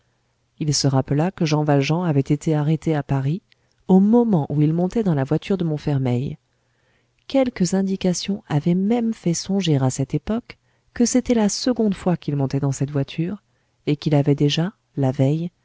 il se rappela que jean valjean avait été arrêté à paris au moment où il montait dans la voiture de montfermeil quelques indications avaient même fait songer à cette époque que c'était la seconde fois qu'il montait dans cette voiture et qu'il avait déjà la veille